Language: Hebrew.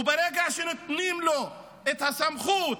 ברגע שנותנים לו את הסמכות,